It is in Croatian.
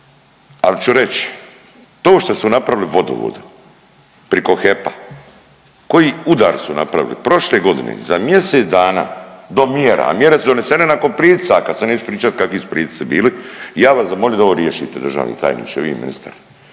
Al ću reć to što su napravili vodovodu priko HEP-a koji udar su napravili. prošle godine za mjesec dana do mjera, a mjere su donesene nakon pritisaka, sad neću pričat kakvu su pritisci bili, ja bi vas zamolio da ovo riješite državni tajniče i vi ministre.